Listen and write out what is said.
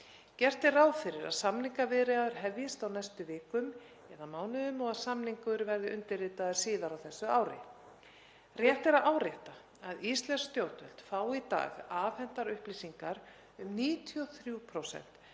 Gert er ráð fyrir að samningaviðræður hefjist á næstu vikum eða mánuðum og að samningur verði undirritaður síðar á þessu ári. Rétt er að árétta að íslensk stjórnvöld fái í dag afhentar upplýsingar um 93%